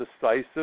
decisive